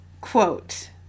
quote